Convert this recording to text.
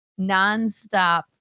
nonstop